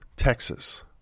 Texas